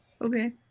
Okay